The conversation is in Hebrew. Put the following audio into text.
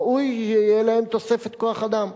ראוי שתהיה להם תוספת כוח-אדם.